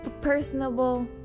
Personable